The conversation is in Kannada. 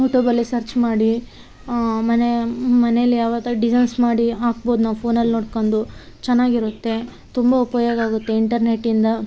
ಯೂಟ್ಯೂಬಲ್ಲಿ ಸರ್ಚ್ ಮಾಡಿ ಮನೆ ಮನೆಲಿ ಯಾವತ್ತೊ ಡಿಸೈನ್ಸ್ ಮಾಡಿ ಹಾಕ್ಬೌದು ನಾವು ಫೋನಲ್ಲಿ ನೋಡ್ಕಂಡು ಚೆನ್ನಾಗಿರುತ್ತೆ ತುಂಬ ಉಪಯೋಗಾಗುತ್ತೆ ಇಂಟರ್ನೆಟ್ ಇಂದ